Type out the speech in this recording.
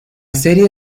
serie